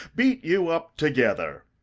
beat you up together?